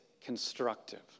constructive